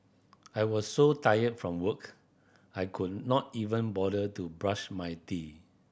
I was so tired from work I could not even bother to brush my teeth